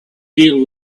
deal